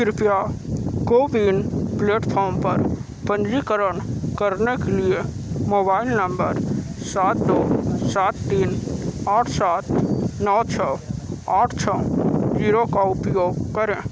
कृपया कोविन प्लेटफ़ॉर्म पर पंजीकरण करने के लिए मोबाइल नंबर सात नौ सात तीन आठ सात नौ छः आठ छः जीरो का उपयोग करें